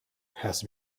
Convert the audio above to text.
has